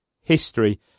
history